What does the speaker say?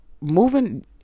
moving